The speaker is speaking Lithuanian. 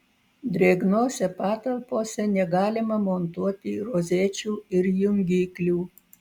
drėgnose patalpose negalima montuoti rozečių ir jungiklių